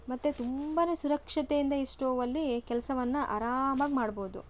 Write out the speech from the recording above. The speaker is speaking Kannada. ಮತ್ತೆ ತುಂಬಾ ಸುರಕ್ಷತೆಯಿಂದ ಈ ಸ್ಟೋವಲ್ಲಿ ಕೆಲಸವನ್ನ ಆರಾಮಾಗಿ ಮಾಡ್ಬೋದು